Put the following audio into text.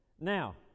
Now